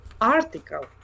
article